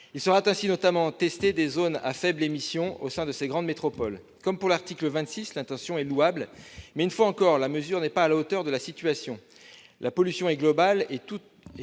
Seront notamment testées des zones à faibles émissions au sein de ces grandes métropoles. Comme pour l'article 26, l'intention est louable, mais la mesure n'est pas à la hauteur de la situation. La pollution est globale et touche